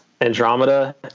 andromeda